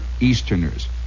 Easterners